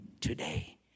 today